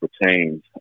pertains